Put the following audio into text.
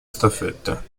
staffetta